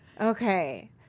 Okay